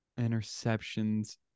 Interceptions